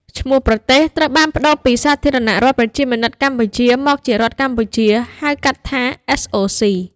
ឈ្មោះប្រទេសត្រូវបានប្តូរពី "សាធារណរដ្ឋប្រជាមានិតកម្ពុជា" មកជា "រដ្ឋកម្ពុជា" ហៅកាត់ថា SOC។